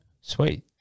Sweet